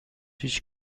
هیچ